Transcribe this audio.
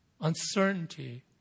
uncertainty